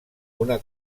una